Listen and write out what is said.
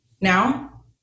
now